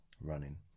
running